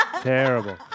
terrible